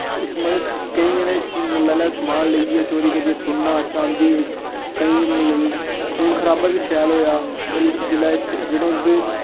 इत्थै मतलब केईं जेह्ड़े मतलब समान लेई गे चोरी करियै सुन्ना चांदी केईं खून खराबा बी शैल होएआ जेल्लै इक जेह्ड़े इं'दे